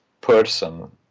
person